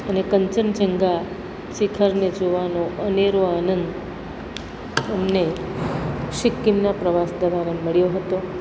અને કાંચનજંઘા શિખરને જોવાનો અનેરો આનંદ અમને સિક્કિમના પ્રવાસ દરમિયાન મળ્યો હતો